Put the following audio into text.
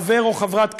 חבר או חברת כנסת,